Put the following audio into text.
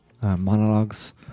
monologues